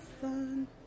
sun